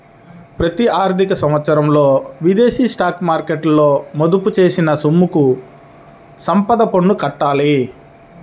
ప్రతి ఆర్థిక సంవత్సరంలో విదేశీ స్టాక్ మార్కెట్లలో మదుపు చేసిన సొమ్ముకి సంపద పన్ను కట్టాలి